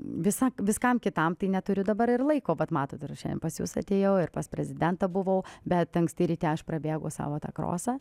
visa viskam kitam tai neturiu dabar ir laiko vat matot šiandien ir pas jus atėjau ir pas prezidentą buvau bet anksti ryte aš prabėgu savo tą krosą